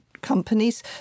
companies